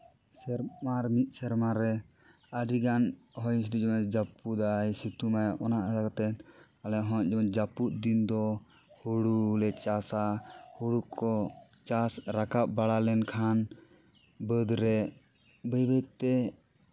ᱥᱮᱨᱢᱟ ᱟᱨ ᱢᱤᱫ ᱥᱮᱨᱢᱟ ᱨᱮ ᱟᱹᱰᱤᱜᱟᱱ ᱡᱟᱹᱯᱩᱫᱟᱭ ᱥᱤᱛᱩᱝ ᱟᱭ ᱚᱱᱟ ᱤᱭᱟᱹ ᱛᱮ ᱟᱞᱮ ᱦᱚᱸ ᱡᱟᱹᱯᱩᱫ ᱫᱤᱱ ᱫᱚ ᱦᱳᱲᱳ ᱞᱮ ᱪᱟᱥᱟ ᱦᱳᱲᱳ ᱠᱚ ᱪᱟᱥ ᱨᱟᱠᱟᱵ ᱵᱟᱲᱟ ᱞᱮᱱᱠᱷᱟᱱ ᱵᱟᱹᱫᱽ ᱨᱮ ᱵᱟᱹᱭ ᱵᱟᱹᱭᱛᱮ